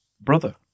brother